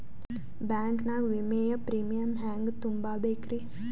Bank ನಾಗ ವಿಮೆಯ premium ಹೆಂಗ್ ತುಂಬಾ ಬೇಕ್ರಿ?